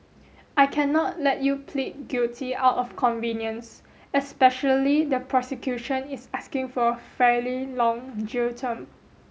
I cannot let you plead guilty out of convenience especially the prosecution is asking for a fairly long jail term